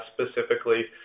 specifically